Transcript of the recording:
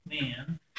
man